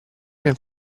nel